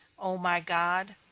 o my god,